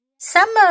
Summer